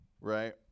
right